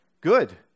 good